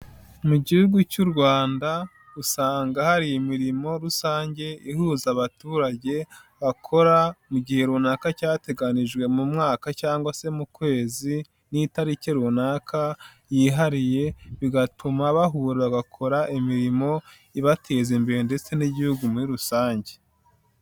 Mu gihugu cy'u Rwanda usanga hari imirimo rusange ihuza abaturage bakora mu gihe runaka cyateganijwe mu mwaka cyangwa se mu kwezi n'itariki runaka yihariye, bigatuma bahura bakora imirimo ibateza imbere ndetse n'igihugu muri rusange.